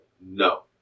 No